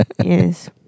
Yes